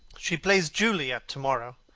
she plays juliet to-morrow.